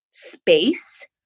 Space